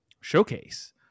showcase